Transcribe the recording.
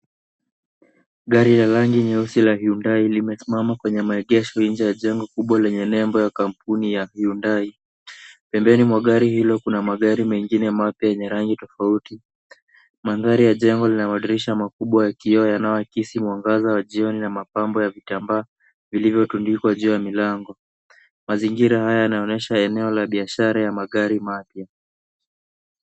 Gari la rangi nyeusi la Hyundai limesimama kwenye maegesho nje ya jengo kubwa lenye nembo ya kampuni ya Hyundai. Pembeni mwa gari hilo kuna magari mengine mapya yenye rangi tofauti. Mandhari ya jengo lina madirisha makubwa ya kioo yanayoakisi mwangaza wa jioni na mapambo ya vitambaa vilivyotundikwa juu ya milango. Mazingira haya yanaonyesha eneo la biashara ya magari mapya.